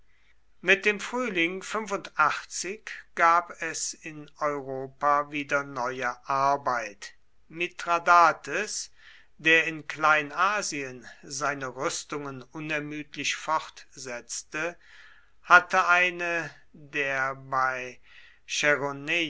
mit dem frühling gab es in europa wieder neue arbeit mithradates der in kleinasien seine rüstungen unermüdlich fortsetzte hatte eine der bei